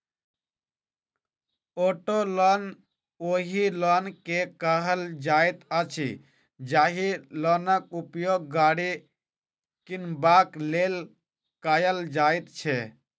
auto loan ओहि loan के कहल जाइत अछि, जाहि लोनक उपयोग गाड़ी किनबाक लेल कयल जाइत छै